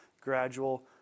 gradual